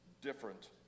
different